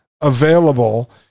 available